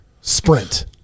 sprint